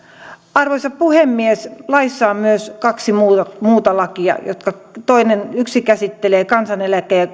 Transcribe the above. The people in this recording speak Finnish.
arvoisa puhemies laissa on myös kaksi muuta lakia joista toinen käsittelee kansaneläkkeen ja